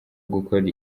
gukora